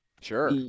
Sure